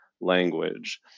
language